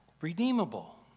redeemable